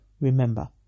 Remember